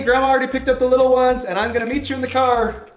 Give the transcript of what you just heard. grandma already picked up the little ones and i'm gonna meet you in the car!